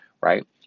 right